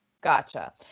gotcha